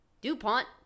DuPont